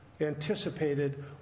anticipated